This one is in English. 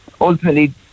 ultimately